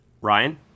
Ryan